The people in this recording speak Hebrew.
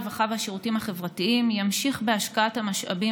הרווחה והשירותים החברתיים ימשיך בהשקעת המשאבים